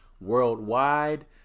worldwide